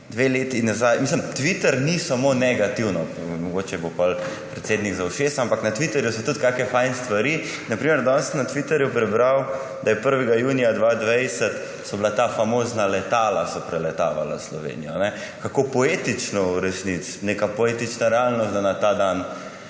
malo na zgodovino. Twitter ni samo negativno. Mogoče me bo potem predsednik za ušesa, ampak na Twitterju so tudi kakšne fajn stvari. Na primer danes sem na Twitterju prebral, da so 1. junija 2020 ta famozna letala preletavala Slovenijo. Kako poetično, v resnici neka poetična realnost, da na ta dan